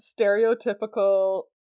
stereotypical